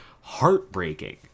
heartbreaking